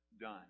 done